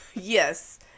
yes